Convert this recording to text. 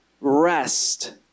rest